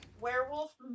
werewolf